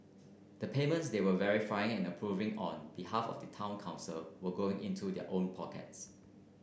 the payments they were verifying and approving on behalf of the town council were going into their own pockets